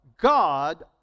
God